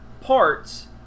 parts